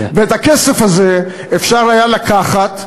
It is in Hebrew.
את הכסף הזה אפשר היה לקחת,